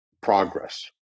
progress